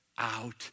out